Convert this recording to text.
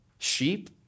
Sheep